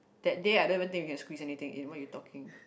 that day I don't even think you can squeeze anything at what you talking